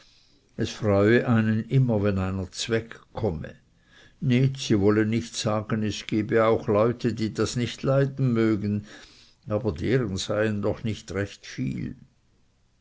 es freue einen immer wenn einer zwegkomme nit sie wolle nicht sagen es gebe auch leute die das nicht leiden mögen aber deren seien doch nicht recht viel